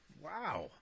Wow